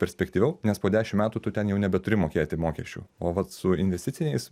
perspektyviau nes po dešimt metų tu ten jau nebeturi mokėti mokesčių o vat su investiciniais